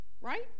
right